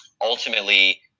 ultimately